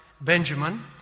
Benjamin